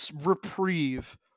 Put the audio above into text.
reprieve